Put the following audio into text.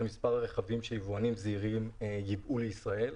למספר הרכבים שיבואנים זעירים ייבאו לישראל.